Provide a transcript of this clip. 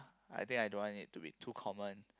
I think I don't want it to be too common